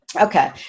okay